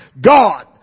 God